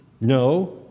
No